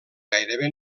gairebé